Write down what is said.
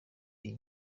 iyi